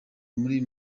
muri